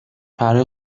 پرهای